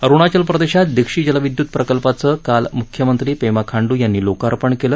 अरुणाचल प्रदेशात दिक्षी जलविदय्त प्रकल्पाचं काल मुख्यमंत्री पेमा खांडू यांनी लोकापर्ण केलं